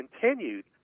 continued